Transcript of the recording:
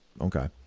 Okay